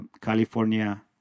California